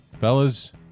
fellas